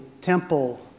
temple